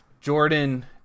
jordan